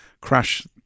crash